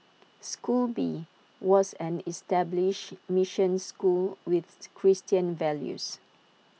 school B was an established mission school with Christian values